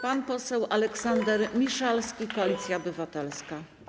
Pan poseł Aleksander Miszalski, Koalicja Obywatelska.